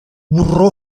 borró